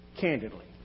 candidly